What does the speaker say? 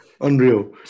Unreal